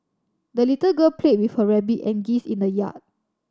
the little girl played with her rabbit and geese in the yard